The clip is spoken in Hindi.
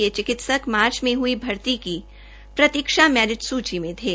ये चिकित्सक मार्च में हई भर्ती की प्रतीक्षा मेरिट सूची में थे